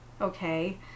Okay